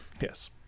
Yes